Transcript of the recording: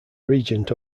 regent